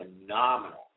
phenomenal